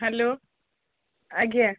hello ଆଜ୍ଞା